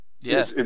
Yes